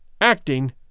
acting